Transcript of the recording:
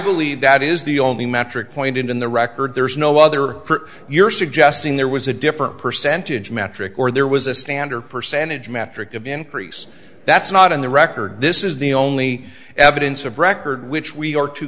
believe that is the only metric point in the record there is no other you're suggesting there was a different percentage metric or there was a standard percentage metric of increase that's not in the record this is the only evidence record which we are to